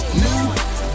new